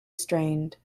strained